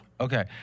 Okay